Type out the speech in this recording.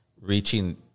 reaching